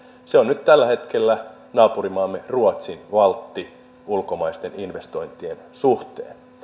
se on tällä hetkellä naapurimaamme ruotsin valtti ulkomaisten investointien suhteen